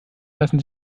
lassen